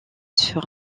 sur